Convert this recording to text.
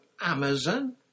Amazon